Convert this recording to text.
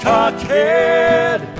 Cockhead